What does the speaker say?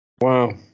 Wow